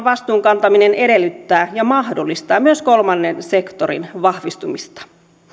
vastuun kantaminen edellyttää ja mahdollistaa myös kolmannen sektorin vahvistumista